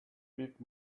bit